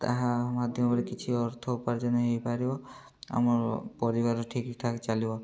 ତାହା ମାଧ୍ୟମରେ କିଛି ଅର୍ଥ ଉପାର୍ଜନ ହେଇପାରିବ ଆମ ପରିବାର ଠିକ୍ଠାକ୍ ଚାଲିବ